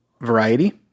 variety